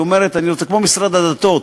היא אומרת "אני רוצה"; כמו משרד הדתות,